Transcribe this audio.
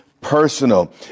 personal